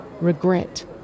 regret